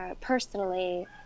personally